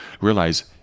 realize